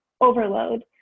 overload